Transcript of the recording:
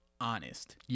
honest